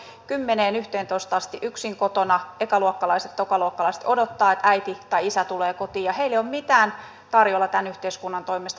meillä on lapsia jotka ovat kymmeneen yhteentoista asti yksin kotona ekaluokkalaiset tokaluokkalaiset ja odottavat että äiti tai isä tulee kotiin ja heille ei ole mitään tarjolla tämän yhteiskunnan toimesta